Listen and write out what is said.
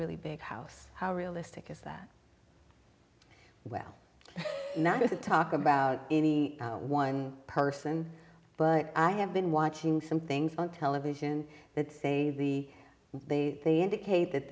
really big house how realistic is that well not to talk about any one person but i have been watching some things on television that say the they they indicate that